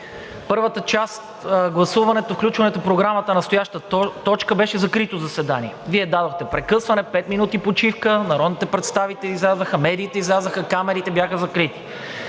Първата част – гласуването, включването в Програмата на настоящата точка беше закрито заседание. Вие дадохте прекъсване – пет минути почивка, народните представители излязоха, медиите излязоха, камерите бяха закрити.